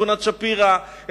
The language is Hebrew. שכונת שפירא,